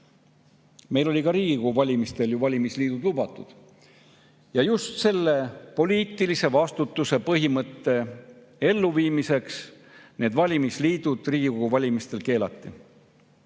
[kunagi] ka Riigikogu valimistel valimisliidud lubatud ja just selle poliitilise vastutuse põhimõtte elluviimiseks need valimisliidud Riigikogu valimistel keelati.